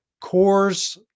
Core's